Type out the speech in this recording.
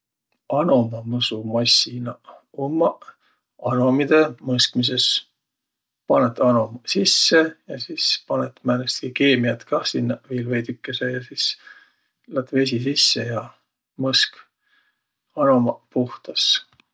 Anomamõsumassinaq ummaq anomidõ mõskmisõs. Panõt anomaq sisse ja sis panõt määnestki keemiät kah sinnäq viil veidükese ja sis lätt vesi sisse ja mõsk anomaq puhtas.